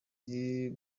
iri